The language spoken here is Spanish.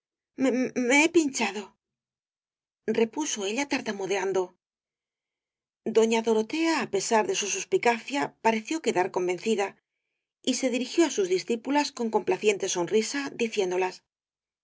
he pinchado repuso ella tartamudeando doña dorotea á pesar de su suspicacia pareció quedar convencida y se dirigió á sus discípulas con complaciente sonrisa diciéndolas